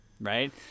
right